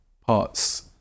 parts